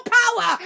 power